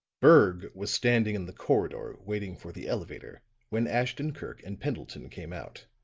berg was standing in the corridor waiting for the elevator when ashton-kirk and pendleton came out.